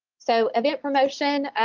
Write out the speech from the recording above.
so event promotion,